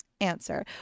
answer